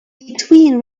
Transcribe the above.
between